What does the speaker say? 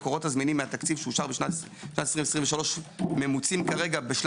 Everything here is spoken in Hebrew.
מ-2.7 עד יום שישי בבוקר חוץ ממערך התברואה